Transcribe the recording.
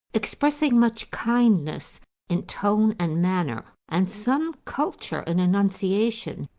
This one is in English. expressing much kindness in tone and manner, and some culture in enunciation.